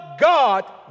God